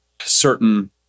certain